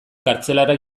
kartzelara